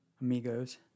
amigos